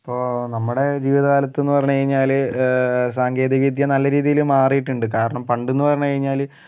ഇപ്പോൾ നമ്മുടെ ജീവിത കാലത്ത് എന്ന് പറഞ്ഞ് കഴിഞ്ഞാല് സാങ്കേതിക വിദ്യ നല്ല രീതിയില് മാറിയിട്ടുണ്ട് കാരണം പണ്ട് എന്ന് പറഞ്ഞ് കഴിഞ്ഞാല്